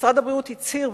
משרד הבריאות הצהיר,